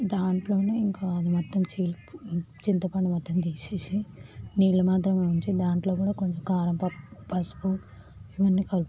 దాంట్లోనే ఇంకా అది మొత్తం చింతపండు మొత్తం తీసేసి నీళ్ళు మాత్రమే ఉంచి దాంట్లో కూడా కొంచెం కారం పసుపు ఇవన్నీ కలుపుకోవాలి